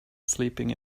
sleeping